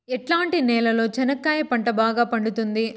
ఎట్లాంటి నేలలో చెనక్కాయ పంట బాగా పండుతుంది?